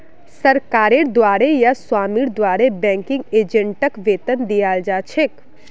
सरकारेर द्वारे या स्वामीर द्वारे बैंकिंग एजेंटक वेतन दियाल जा छेक